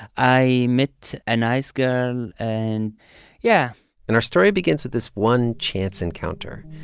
i met a nice girl. and yeah and our story begins with this one chance encounter.